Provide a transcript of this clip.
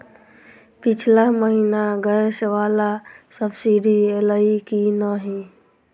पिछला महीना गैस वला सब्सिडी ऐलई की नहि?